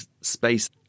space